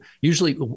Usually